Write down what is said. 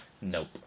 Nope